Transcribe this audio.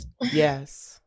Yes